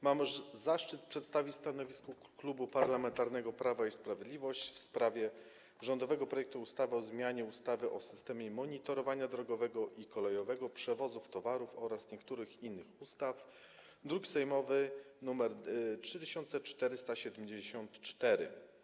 Mam zaszczyt przedstawić stanowisko Klubu Parlamentarnego Prawo i Sprawiedliwość w sprawie rządowego projektu ustawy o zmianie ustawy o systemie monitorowania drogowego i kolejowego przewozu towarów oraz niektórych innych ustaw, druk nr 3474.